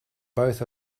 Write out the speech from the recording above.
both